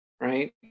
right